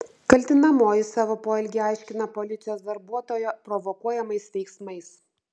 kaltinamoji savo poelgį aiškina policijos darbuotojo provokuojamais veiksmais